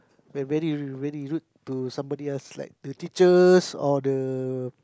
will very very rude to somebody else like to teachers or the